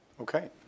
Okay